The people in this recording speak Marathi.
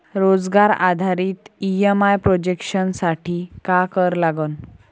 रोजगार आधारित ई.एम.आय प्रोजेक्शन साठी का करा लागन?